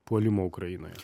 puolimo ukrainoje